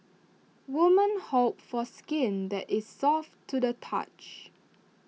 women hope for skin that is soft to the touch